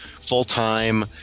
full-time